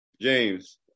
James